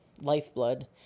lifeblood